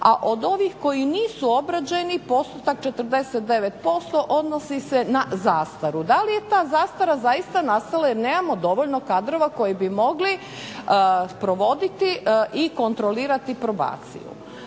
a od ovih koji nisu obrađeni postotak 49% odnosi se na zastaru. Da li je ta zastara zaista nastala jer nemamo dovoljno kadrova koji bi mogli provoditi i kontrolirati probaciju.